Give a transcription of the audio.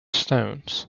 stones